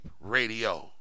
radio